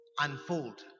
unfold